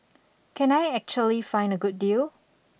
can I actually find a good deal